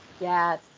Yes